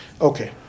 Okay